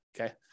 Okay